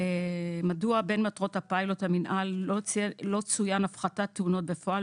מדוע בין מטרות פיילוט המינהל לא צוין הפחתת תאונות בפועל,